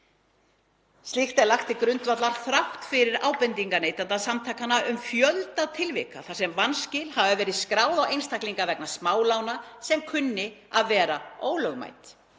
Slíkt er lagt til grundvallar þrátt fyrir ábendingar Neytendasamtakanna um fjölda tilvika þar sem vanskil hafi verið skráð á einstaklinga vegna smálána sem kunni að vera ólögmæt.